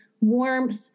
warmth